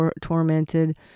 tormented